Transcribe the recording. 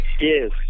Yes